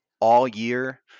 all-year